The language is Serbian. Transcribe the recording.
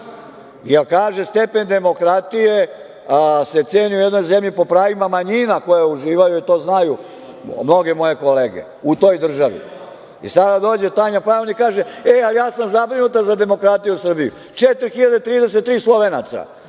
Jer kaže stepen demokratije se ceni u jednoj zemlji po pravima manjina koje uživaju, i to znaju mnoge moje kolege, u toj državi. Sada dođe Tanja Fajon i kaže – e, ali ja sam zabrinuta za demokratiju u Srbiji. Ovde su 4.033 Slovenaca,